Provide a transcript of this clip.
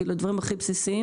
הדברים הכי בסיסיים